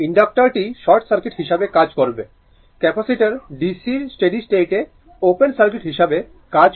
ইনডাক্টরটি short circuit হিসাবে কাজ করবে ক্যাপাসিটার DC র স্টেডি স্টেটে ওপেন সার্কিট হিসাবে কাজ করে